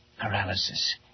Paralysis